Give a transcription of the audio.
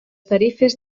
tarifes